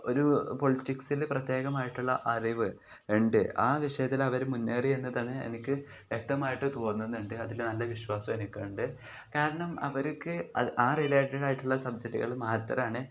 ഒരു പൊളിറ്റിക്സിൽ പ്രത്യേകമായിട്ടുള്ള അറിവ് ഉണ്ട് ആ വിഷയത്തിൽ അവർ മുന്നേറിയെന്നു തന്നെ എനിക്ക് വ്യക്തമായിട്ട് തോന്നുന്നുണ്ട് അതിൽ നല്ല വിശ്വാസം എനിക്കുണ്ട് കാരണം അവർക്ക് ആ റിലേറ്റഡായിട്ടുള്ള സബ്ജക്റ്റുകൾ മാത്രമാണ്